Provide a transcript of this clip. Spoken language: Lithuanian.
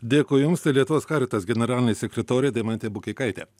dėkui jums tai lietuvos caritas generalinė sekretorė deimantė bukeikaitė